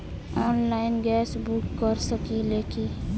Online gas book कर सकिले की?